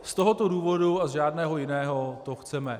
Z tohoto důvodu a z žádného jiného to chceme.